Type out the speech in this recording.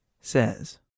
says